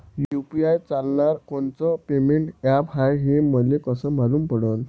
UPI चालणारं कोनचं payment app हाय, हे मले कस मालूम पडन?